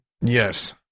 Yes